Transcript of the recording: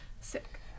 Sick